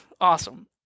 awesome